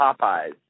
Popeye's